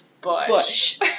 Bush